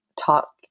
talk